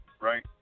right